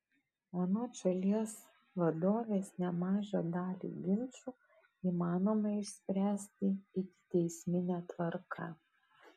anot šalies vadovės nemažą dalį ginčų įmanoma išspręsti ikiteismine tvarka